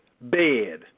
bed